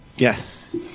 Yes